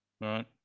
Right